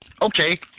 Okay